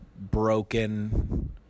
broken